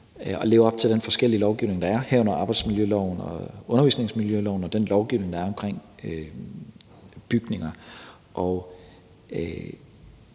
og leve op til de forskellige lovgivninger, der er, herunder arbejdsmiljøloven, undervisningsmiljøloven og den lovgivning, der er om bygninger.